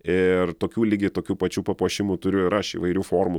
ir tokių lygiai tokių pačių papuošimų turiu ir aš įvairių formų